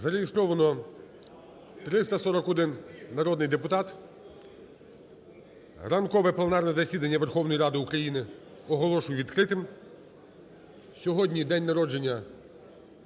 Зареєстровано 341 народний депутат. Ранкове пленарне засідання Верховної Ради України оголошую відкритим. Сьогодні день народження